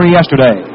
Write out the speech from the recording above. yesterday